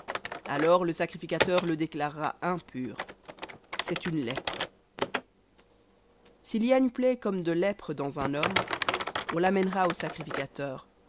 alors le sacrificateur le déclarera impur c'est une lèpre v sil y a une plaie de lèpre dans un homme on l'amènera au sacrificateur